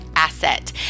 asset